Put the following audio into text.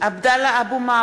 (קוראת בשמות חברי הכנסת) עבדאללה אבו מערוף,